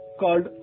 called